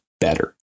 better